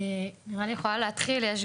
זאת